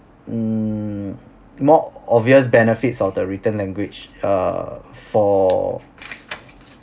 mm more obvious benefits of the written language uh for